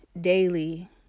daily